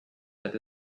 that